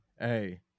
Hey